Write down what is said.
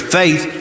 faith